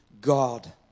God